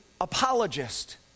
apologist